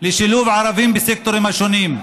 לשילוב ערבים בסקטורים השונים,